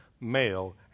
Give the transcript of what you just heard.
male